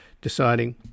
deciding